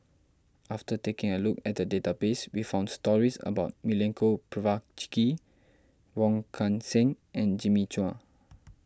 after taking a look at the database we found stories about Milenko Prvacki Wong Kan Seng and Jimmy Chua